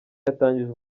yatangije